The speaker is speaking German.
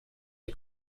der